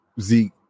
Zeke